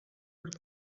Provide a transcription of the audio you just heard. per